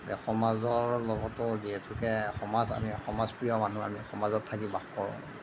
এতিয়া সমাজৰ লগতো যিহেতুকে সমাজ আমি সমাজপ্ৰিয় মানুহ আমি সমাজত থাকি বাস কৰোঁ